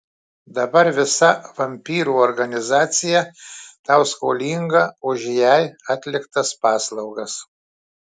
dabar visa vampyrų organizacija tau skolinga už jai atliktas paslaugas